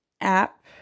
app